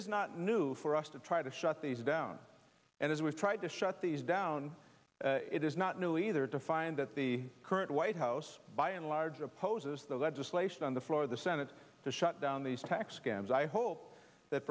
is not new for us to try to shut these down and as we've tried to shut these down it is not new either to find that the current white house by and large opposes the legislation on the floor of the senate to shut down these tax scams i hope that